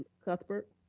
cuthbert?